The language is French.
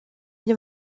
nous